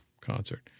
concert